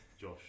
Josh